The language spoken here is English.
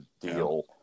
deal